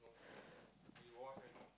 <S?